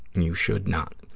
you should not,